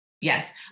Yes